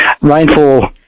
rainfall